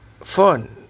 fun